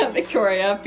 Victoria